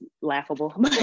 laughable